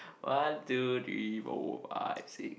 one two three four five six